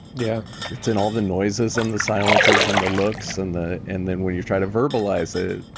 yeah. it's in all the noises and the silences and the looks and the. and then when you try to verbalize it,